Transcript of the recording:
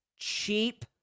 cheap